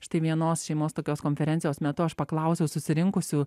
štai vienos šeimos tokios konferencijos metu aš paklausiau susirinkusių